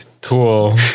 Cool